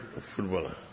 footballer